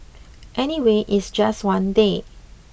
anyway it's just one day